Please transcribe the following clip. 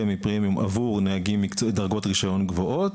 פמי פרמיום עבור נהגים בדרגות רישיון גבוהות,